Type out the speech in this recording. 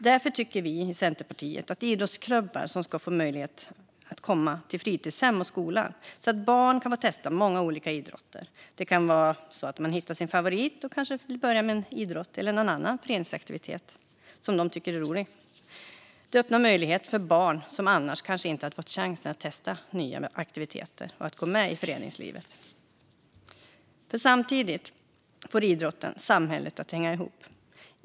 Därför tycker vi i Centerpartiet att idrottsklubbar ska få möjlighet att komma till fritidshem och skolor för att barn ska få testa många olika idrotter. De kanske hittar en favorit och börjar med en idrott eller annan föreningsaktivitet som de tycker är rolig. Detta öppnar möjligheter för barn som annars kanske inte hade fått chansen att testa nya aktiviteter att gå med i föreningslivet. Samtidigt får idrotten samhället att hänga ihop.